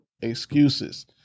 excuses